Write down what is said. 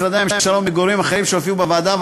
משרדי הממשלה וגורמים אחרים שהופיעו בוועדה,